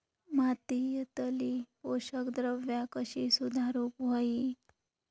मातीयेतली पोषकद्रव्या कशी सुधारुक होई?